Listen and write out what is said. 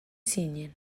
zinen